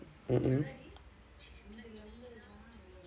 mmhmm